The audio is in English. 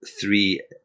three